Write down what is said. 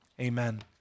amen